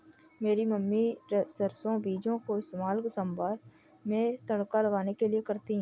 मेरी मम्मी सरसों बीजों का इस्तेमाल सांभर में तड़का लगाने के लिए करती है